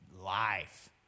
life